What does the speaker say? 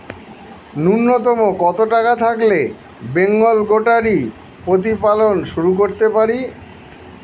নূন্যতম কত টাকা থাকলে বেঙ্গল গোটারি প্রতিপালন শুরু করতে পারি?